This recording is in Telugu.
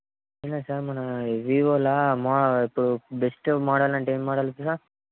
ఏమి లేదు సార్ మన వివోలో మో ఇప్పుడు బెస్ట్ మోడల్ అంటే ఏ మోడల్ సార్